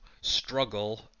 struggle